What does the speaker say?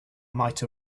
might